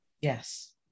Yes